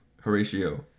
Horatio